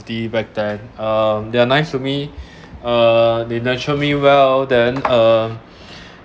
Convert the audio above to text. back then um they are nice to me uh they nurture me well then uh